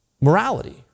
morality